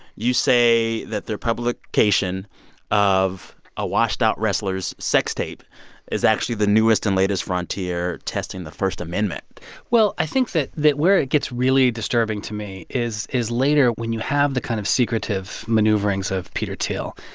you say that their publication of a washed out wrestler's sex tape is actually the newest and latest frontier testing the first amendment well, i think that that where it gets really disturbing to me is is later when you have the kind of secretive maneuverings of peter thiel.